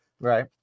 Right